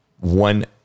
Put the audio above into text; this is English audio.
One